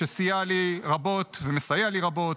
שסייע לי רבות ומסייע לי רבות,